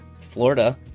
Florida